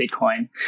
Bitcoin